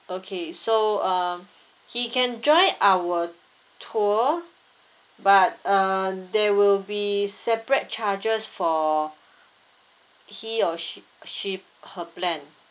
okay so uh he can join our tour but uh there will be separate charges for he or she she her plan